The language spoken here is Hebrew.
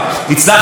בסופו של דבר,